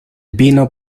vino